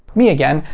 me again.